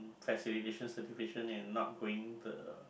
classification certification and not going the